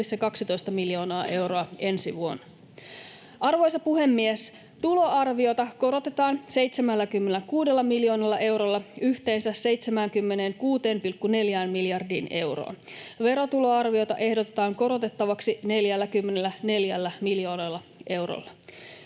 12 miljoonaa euroa ensi vuonna. Arvoisa puhemies! Tuloarviota korotetaan 76 miljoonalla eurolla, yhteensä 76,4 miljardiin euroon. Verotuloarviota ehdotetaan korotettavaksi 44 miljoonalla eurolla.